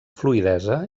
fluïdesa